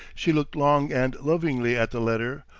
she looked long and lovingly at the letter,